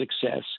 success